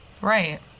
Right